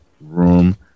room